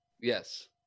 Yes